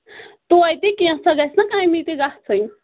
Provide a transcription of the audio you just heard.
توتہِ کینژھا گَژھِ نا کٔمی تہِ گژھٕنۍ